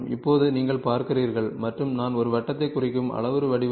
இப்போது நீங்கள் பார்க்கிறீர்கள் மற்றும் நான் ஒரு வட்டத்தை குறிக்கும் அளவுரு வடிவம்